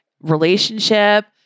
relationship